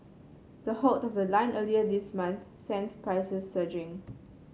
the halt of the line earlier this month sent prices surging